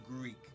Greek